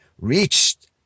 reached